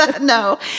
no